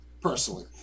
personally